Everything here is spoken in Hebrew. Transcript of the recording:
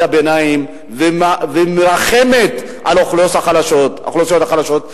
הביניים ומרחמת על האוכלוסיות החלשות.